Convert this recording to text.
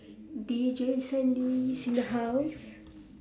D_J sandy is in the house